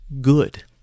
Good